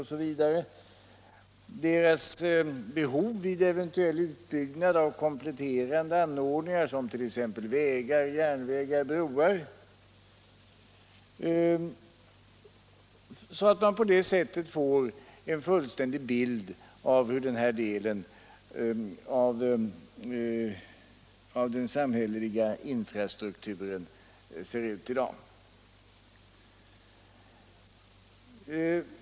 Det gäller vidare deras behov vid eventuell utbyggnad av kompletterande anordningar — t.ex. vägar, järnvägar och broar — så att man får en fullständig bild av denna del av den samhälleliga infrastrukturen i dag.